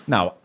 Now